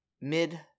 mid